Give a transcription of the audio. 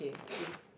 okay